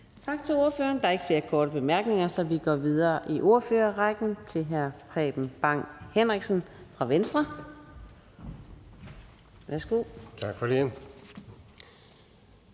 Tak til ordføreren. Der er ikke flere korte bemærkninger, så vi går videre i ordførerrækken til hr. Preben Bang Henriksen fra Venstre.